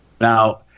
Now